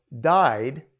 died